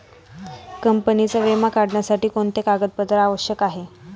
कंपनीचा विमा काढण्यासाठी कोणते कागदपत्रे आवश्यक आहे?